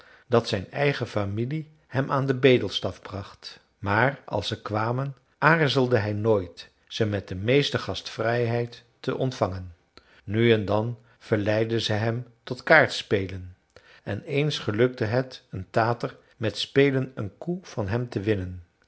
dat zijn eigen familie hem aan den bedelstaf bracht maar als ze kwamen aarzelde hij nooit ze met de meeste gastvrijheid te ontvangen nu en dan verleidden ze hem tot kaartspelen en eens gelukte het een tater met spelen een koe van hem te winnen